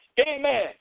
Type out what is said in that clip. Amen